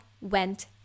went